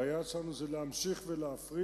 והיעד שלנו זה להמשיך ולהפריט,